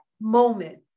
moment